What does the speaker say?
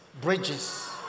bridges